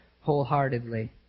wholeheartedly